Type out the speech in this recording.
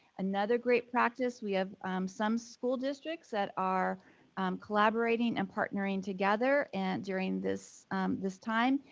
another great practice, we have some school districts that are collaborating and partnering together and during this this time,